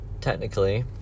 technically